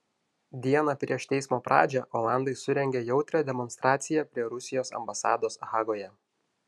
dieną prieš teismo pradžią olandai surengė jautrią demonstraciją prie rusijos ambasados hagoje